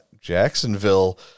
Jacksonville